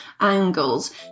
angles